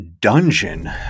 dungeon